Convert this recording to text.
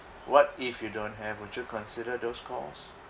what if you don't have would you consider those calls